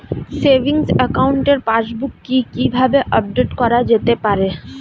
Savings একাউন্টের passbook কি কিভাবে আপডেট করা যেতে পারে?